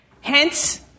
Hence